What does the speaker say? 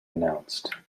announced